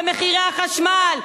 במחירי החשמל,